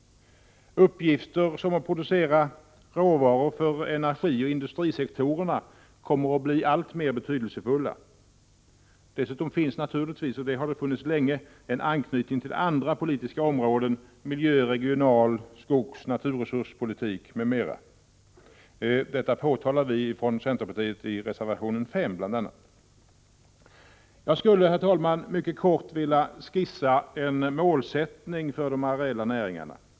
Uppgifter som att producera råvaror för energioch industrisektorerna kommer att bli alltmer betydelsefulla. Dessutom finns — och har funnits länge — en anknytning till andra politiska områden: miljö-, regional-, skogs-, naturresurspolitik m.m. Detta påtalar vi från centerpartiet i reservation 5. Jag skulle, herr talman, mycket kort vilja skissa en målsättning för de areella näringarna.